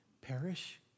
perish